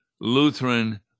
Lutheran